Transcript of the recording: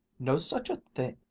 no such a thing!